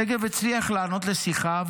שגב הצליח לענות לשיחה,